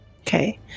Okay